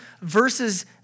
verses